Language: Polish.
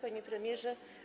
Panie Premierze!